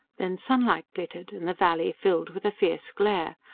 then sunlight glittered, and the valley filled with a fierce glare,